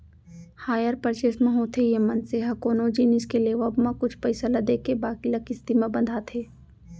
hire purchase म होथे ये मनसे ह कोनो जिनिस के लेवब म कुछ पइसा ल देके बाकी ल किस्ती म बंधाथे